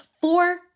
four